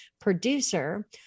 producer